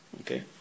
Okay